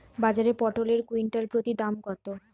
বাজারে পটল এর কুইন্টাল প্রতি দাম কত?